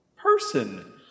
Person